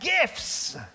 gifts